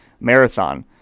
marathon